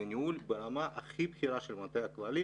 זה ניהול ברמה הכי בכירה של המטה הכללי,